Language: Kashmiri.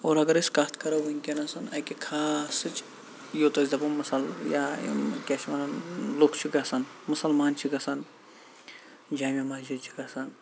اور اَگر أسۍ کَتھ کَرَو وٕنکٮ۪ٮنَس اَکہِ خاصٕچ یوٚت أسۍ دَپو مُسَل یا یِم کیاہ چھِ وَنان لُکھ چھِ گَژَھان مُسَلمان چھِ گَژَھان جامعہ مَسجِد چھِ گَژھَان